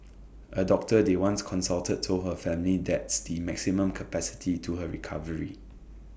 A doctor they once consulted told her family that's the maximum capacity to her recovery